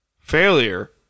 Failure